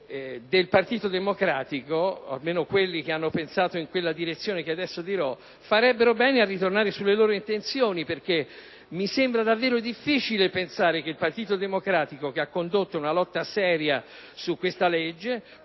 del Partito Democratico, almeno quelli che hanno pensato nella direzione che adesso diro, farebbero bene a ritornare sulle loro intenzioni. Mi sembra infatti davvero difficile pensare che il Partito Democratico, che ha condotto una lotta seria su questa legge,